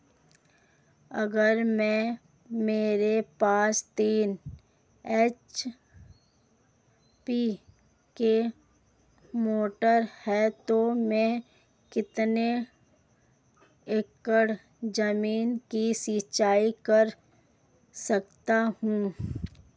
अगर मेरे पास तीन एच.पी की मोटर है तो मैं कितने एकड़ ज़मीन की सिंचाई कर सकता हूँ?